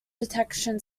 detection